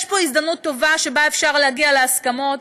יש פה הזדמנות טובה שבה אפשר להגיע להסכמות.